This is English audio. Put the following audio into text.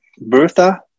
Bertha